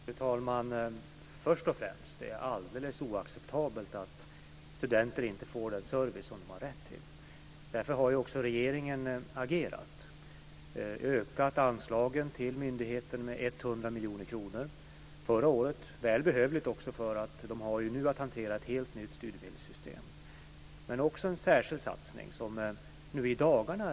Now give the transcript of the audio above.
Fru talman! Det är först och främst alldeles oacceptabelt att studenter inte får den service som de har rätt till. Därför har regeringen också agerat och förra året ökat anslagen till myndigheten med 100 miljoner kronor. Det är behövligt också därför att den nu har att hantera ett nytt studiemedelssystem. Det görs också en särskild satsning som realiseras nu i dagarna.